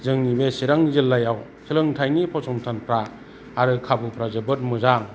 जोंनि बे चिरां जिल्लायाव सोलोंथायनि फसंथानफोरा आरो खाबुफोरा जोबोद मोजां